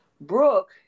Brooke